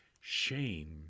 shame